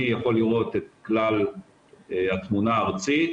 אני יכול לראות את כלל התמונה הארצית,